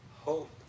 hope